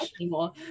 anymore